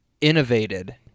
innovated